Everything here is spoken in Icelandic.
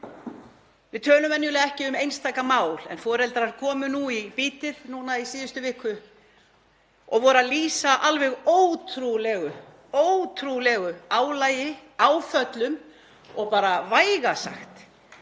Við tölum venjulega ekki um einstaka mál en foreldrar komu í Bítið í síðustu viku og voru að lýsa alveg ótrúlegu álagi, áföllum og vægast